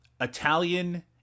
italian